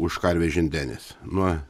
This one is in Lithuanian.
už karves žindenes nuo